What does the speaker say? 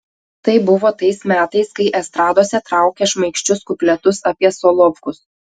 tai buvo tais metais kai estradose traukė šmaikščius kupletus apie solovkus